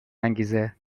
انگیزه